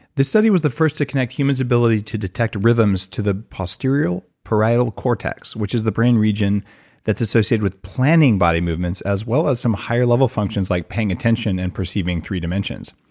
this study was the first to connect humans' ability to detect rhythms to the posterior parietal cortex, which is the brain region that's associated with planning body movements, as well as some higher level functions like paying attention attention and perceiving three dimensions.